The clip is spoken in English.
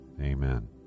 Amen